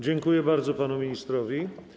Dziękuję bardzo panu ministrowi.